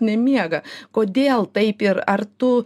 nemiega kodėl taip ir ar tu